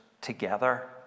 together